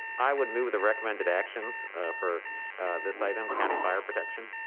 i would move the recommended actions for this item, county fire protection.